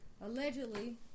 allegedly